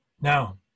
Now